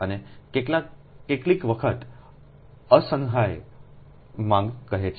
આને કેટલીક વખત અસંયાય માંગ કહે છે